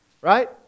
right